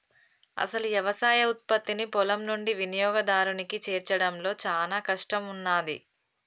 అసలు యవసాయ ఉత్పత్తిని పొలం నుండి వినియోగదారునికి చేర్చడంలో చానా కష్టం ఉన్నాది